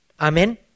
Amen